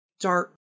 dark